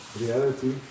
reality